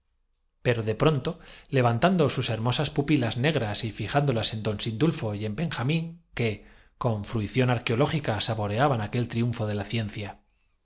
pero de pronto levantando sus hermosas pupilas la resurrección de los muertos negras y fijándolas en don sindulfo y en benjamín antes del juicio final que con fruición arqueológica saboreaban aquel triun fo de la ciencia